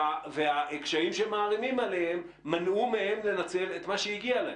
והקשיים שמערימים עליהם מנעו מהם לנצל את מה שהגיע להם.